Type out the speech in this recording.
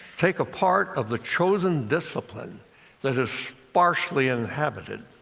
take a part of the chosen discipline that is sparsely inhabited.